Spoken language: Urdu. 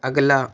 اگلا